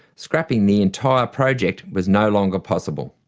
scrapping the entire project was no longer possible.